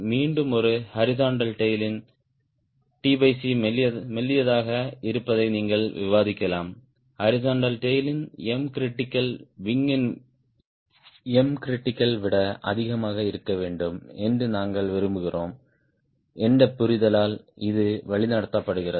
மீண்டும் ஒரு horizontal tail ன் மெல்லியதாக இருப்பதை நீங்கள் விவாதிக்கலாம் ஹாரிஸ்ன்ட்டல் டேய்ல் ன் Mcritical விங்கின் Mcritical விட அதிகமாக இருக்க வேண்டும் என்று நாங்கள் விரும்புகிறோம் என்ற புரிதலால் இது வழிநடத்தப்படுகிறது